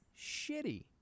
shitty